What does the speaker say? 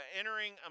entering